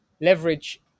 leverage